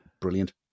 brilliant